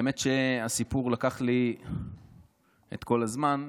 האמת היא שהסיפור לקח לי את כל הזמן,